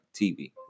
TV